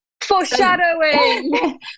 Foreshadowing